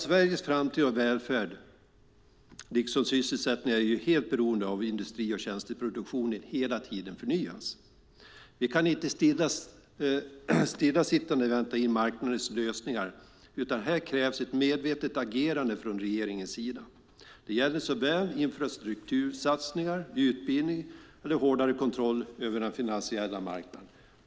Sveriges framtida välfärd är liksom sysselsättningen helt beroende av att industri och tjänsteproduktionen hela tiden förnyas. Vi kan inte stillasittande vänta in marknadens lösningar, utan här krävs ett medvetet agerande från regeringens sida. Det gäller infrastruktursatsningar, utbildning och hårdare kontroll över den finansiella marknaden.